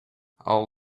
all